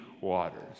waters